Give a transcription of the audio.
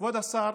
כבוד השר,